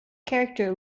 character